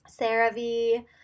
CeraVe